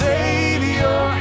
Savior